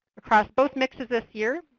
across both mixes this year,